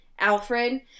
Alfred